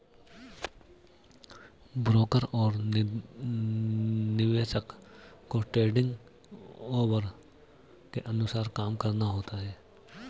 broker और निवेशक को ट्रेडिंग ऑवर के अनुसार काम करना होता है